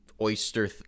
oyster